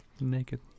Naked